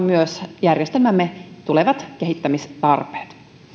myös järjestelmämme tulevat kehittämistarpeet